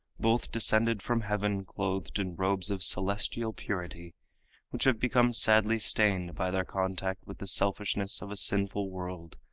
both descended from heaven clothed in robes of celestial purity which have become sadly stained by their contact with the selfishness of a sinful world,